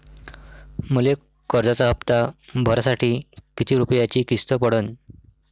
मले कर्जाचा हप्ता भरासाठी किती रूपयाची किस्त पडन?